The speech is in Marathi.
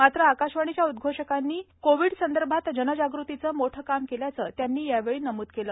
मात्र आकाशवाणीच्या उद्घोषकांनी कोविडसंदर्भात जनजागृतीचं मोठं काम केल्याचं जावडेकर यांनी यावेळी नमुद केलं